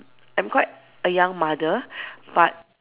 I'm quite a young mother but